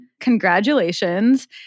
congratulations